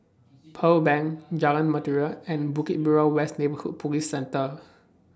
Pearl Bank Jalan Mutiara and Bukit Merah West Neighbourhood Police Centre